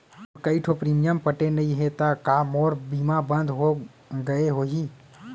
मोर कई ठो प्रीमियम पटे नई हे ता का मोर बीमा बंद हो गए होही?